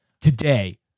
today